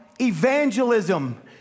evangelism